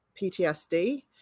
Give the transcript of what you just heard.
PTSD